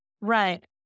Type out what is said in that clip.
Right